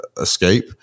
escape